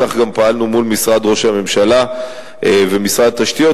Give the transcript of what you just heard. כך גם פעלנו מול משרד ראש הממשלה ומשרד התשתיות,